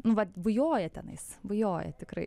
nu vat bujoja tenais bujoja tikrai